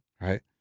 Right